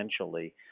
essentially